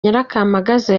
nyirakamagaza